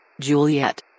juliet